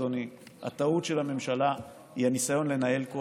אדוני: הטעות של הממשלה היא הניסיון לנהל כל